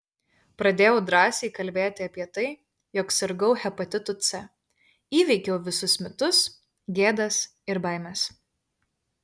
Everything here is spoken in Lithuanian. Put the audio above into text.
pradėjau drąsiai kalbėti apie tai jog sirgau hepatitu c įveikiau visus mitus gėdas ir baimes